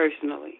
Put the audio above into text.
personally